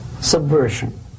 subversion